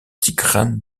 tigrane